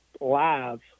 live